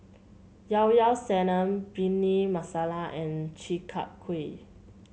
Llao Llao Sanum Bhindi Masala and Chi Kak Kuih